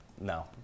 no